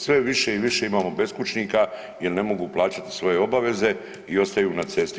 Sve više i više imamo beskućnika jer ne mogu plaćati svoje obaveze i ostaju na cesti.